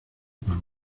plan